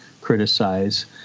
criticize